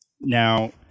Now